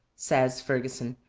says ferguson,